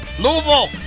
Louisville